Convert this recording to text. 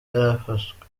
yarafashwe